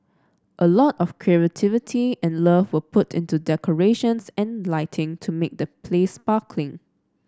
a lot of creativity and love were put into decorations and lighting to make the place sparkling